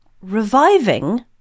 Reviving